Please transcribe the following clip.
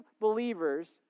believers